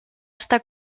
està